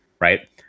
right